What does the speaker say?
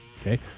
okay